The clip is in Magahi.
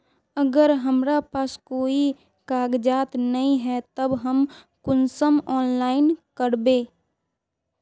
अगर हमरा पास कोई कागजात नय है तब हम कुंसम ऑनलाइन करबे?